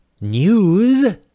news